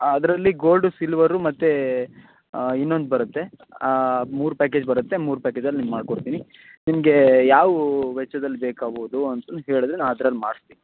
ಅದರಲ್ಲಿ gold silver ಮತ್ತು ಇನ್ನೊಂದು ಬರುತ್ತೆ ಮೂರು ಪ್ಯಾಕೇಜ್ ಬರುತ್ತೆ ಮೂರು ಪ್ಯಾಕೇಜಲ್ಲಿ ನಿಮ್ಗೆ ಮಾಡಿಕೊಡ್ತೀನಿ ನಿಮ್ಗೆ ಯಾವ ವೆಚ್ಚದಲ್ಲಿ ಬೇಕಾಗ್ಬೋದು ಅಂತನೂ ಹೇಳಿದ್ರೆ ನಾನು ಅದ್ರಲ್ಲಿ ಮಾಡ್ಸ್ತೀನಿ